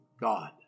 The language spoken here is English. God